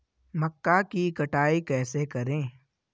मक्का की कटाई कैसे करें?